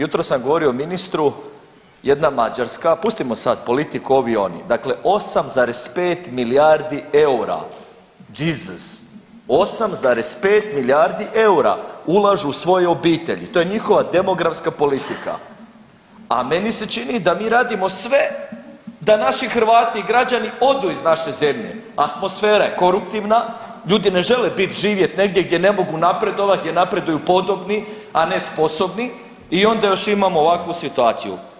Jutros sam govorio ministru jedna Mađarska, pustimo sad politiku ovi oni, dakle 8,5 milijardi eura, Jesus, 8,5 milijardi eura ulažu u svoje obitelji, to je njihova demografska politika, a meni se čini da mi radimo sve da naši Hrvati i građani odu iz naše zemlje, atmosfera je koruptivna, ljudi ne žele bit i živjet negdje gdje ne mogu napredovat jer napreduju podobni, a ne sposobni i onda još imamo ovakvu situaciju.